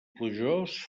plujós